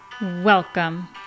Welcome